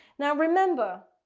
now remember,